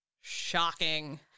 Shocking